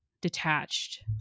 detached